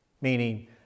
meaning